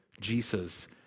Jesus